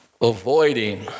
Avoiding